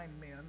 men